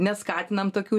neskatinam tokių